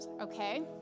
Okay